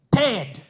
dead